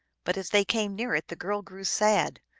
but as they came near it the girl grew sad,